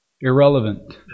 irrelevant